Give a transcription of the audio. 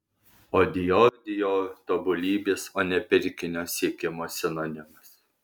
o dior dior tobulybės o ne pirkinio siekimo sinonimas